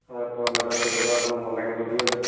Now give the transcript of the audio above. ହଁ ତ ମ୍ୟାଡ଼ମ୍ ଆପଣ ସେଇଟା ତ ମନା କରି ନଥିଲେ